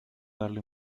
darle